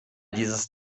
dieses